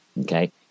okay